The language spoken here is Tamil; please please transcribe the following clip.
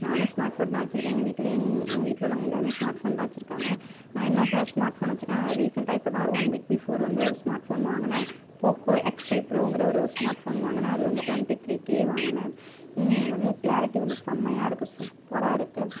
நானும் ஸ்மார்ட் ஃபோன் தான் வெச்சிருக்கேன் எங்கள் வீட்டில் எங் எங்கள் வீட்டில் உள்ளவங்க எல்லாருமே ஸ்மார்ட் ஃபோன் தான் வெச்சிருக்காங்க நான் என்ன ஃப ஸ்மார்ட் ஃபோன் வெச்சிருக்கேனா நான் ரீசெண்டாக இப்போ தான் ஒரு ஒன் வீக் பிஃபோர் வந்து ஒரு ஸ்மார்ட் ஃபோன் வாங்கினேன் போக்கோ எக்ஸ் ஃபைவ் ப்ரோங்கிற ஒரு ஸ்மார்ட் ஃபோன் வாங்கினேன் அது வந்து டொண்ட்டி த்ரீ கே வாங்கினேன் வந்து கிளாரிட்டி வந்து செம்மையா இருக்குது சூப்பராக இருக்குது